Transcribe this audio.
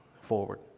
forward